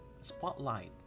spotlight